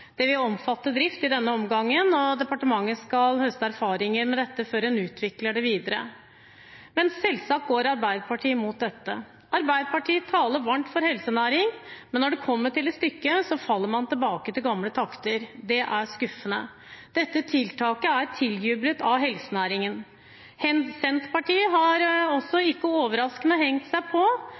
Det vil omfatte drift i denne omgang, og departementet skal høste erfaringer med dette før en utvikler det videre. Men selvsagt går Arbeiderpartiet mot dette. Arbeiderpartiet taler varmt for helsenæring, men når det kommer til stykket, faller man tilbake til gamle takter. Det er skuffende. Dette tiltaket er tiljublet av helsenæringen. Senterpartiet har ikke overraskende også hengt seg på.